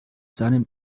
seinem